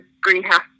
greenhouse